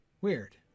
Weird